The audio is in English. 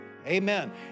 Amen